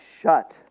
shut